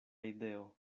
ideo